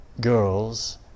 girls